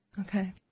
Okay